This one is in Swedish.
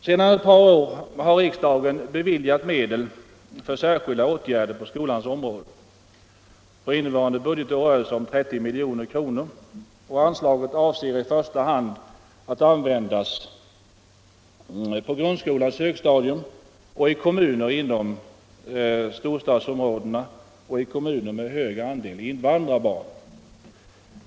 Sedan ett par år har riksdagen beviljat medel till särskilda åtgärder på skolans område. För innevarande budgetår rör det sig om 30 milj.kr. Anslaget avses i första hand att användas på grundskolans högstadium och i kommuner inom storstadsområdena och i kommuner med hög andel invandrarbarn.